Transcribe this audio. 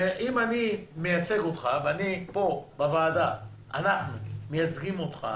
אם אני מייצג אותך ואנחנו פה בוועדה מייצגים אותך